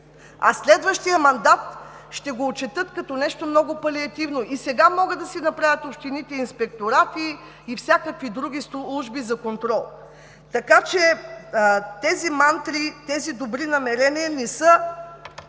в следващия мандат ще го отчетат като нещо много палеативно – и сега общините могат да си направят инспекторати и всякакви други служби за контрол. Така че тези мантри, тези добри намерения не са